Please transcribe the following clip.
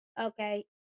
Okay